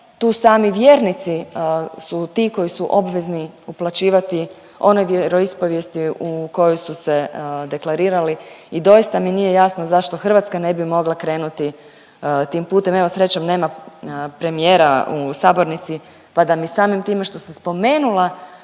Tu sami vjernici su ti koji su obvezni uplaćivati onoj vjeroispovijesti u kojoj su se deklarirali i doista mi nije jasno zašto Hrvatska ne bi mogla krenuti tim putem. Evo srećom nema premijera u sabornici pa da mi samim time što sam spomenula